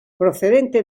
procedente